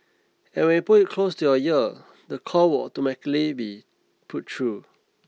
and when you put it close to your ear the call will automatically be put through